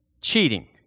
cheating